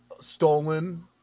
stolen